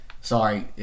sorry